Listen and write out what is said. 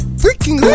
Freaking